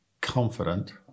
confident